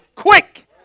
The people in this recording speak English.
quick